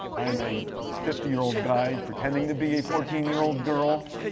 i am a fifty year old guy pretending to be a fourteen year old girl,